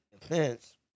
defense